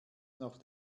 noch